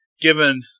given